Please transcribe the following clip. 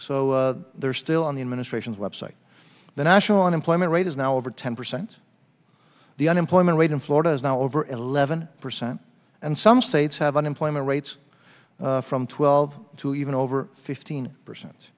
so they're still on the administration's website the national unemployment rate is now over ten percent the unemployment rate in florida is now over eleven percent and some states have unemployment rates from twelve to even over fifteen percent